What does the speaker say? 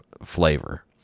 flavor